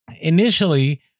initially